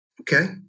Okay